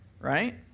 Right